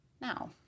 Now